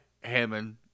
Hammond